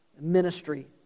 ministry